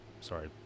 sorry